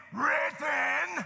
written